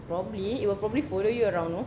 probably it will probably follow you around